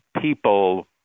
people